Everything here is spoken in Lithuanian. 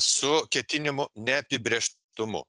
su ketinimu neapibrėžtumu